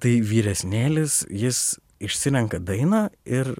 tai vyresnėlis jis išsirenka dainą ir